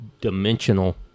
dimensional